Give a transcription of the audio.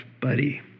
buddy